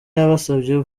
yabasabye